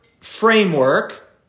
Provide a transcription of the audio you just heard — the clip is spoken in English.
framework